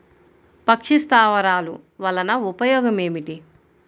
పక్షి స్థావరాలు వలన ఉపయోగం ఏమిటి?